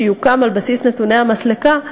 שיוקם על בסיס נתוני המסלקה,